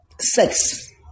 sex